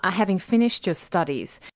ah having finished your studies,